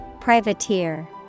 Privateer